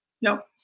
Nope